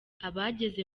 abageze